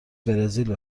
برزیل